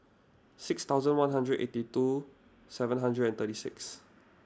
six thousand one hundred and eighty two seven hundred and thirty six